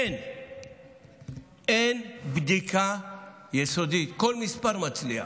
אין בדיקה יסודית, כל מספר מצליח: